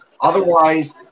Otherwise